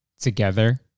together